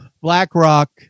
BlackRock